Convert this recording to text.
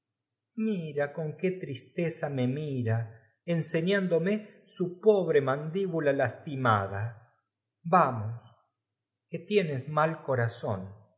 mira con que tristeza me m ira t r j o l enseñándome su pobre mandíbula lastimada l vamos que tienes mal corazón